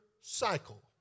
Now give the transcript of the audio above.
cycle